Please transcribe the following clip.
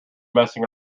messing